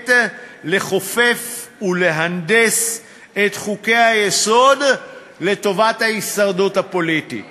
העת לכופף ולהנדס את חוקי-היסוד לטובת ההישרדות הפוליטית.